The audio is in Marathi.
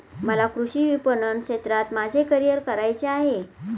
मला कृषी विपणन क्षेत्रात माझे करिअर करायचे आहे